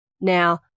Now